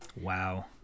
wow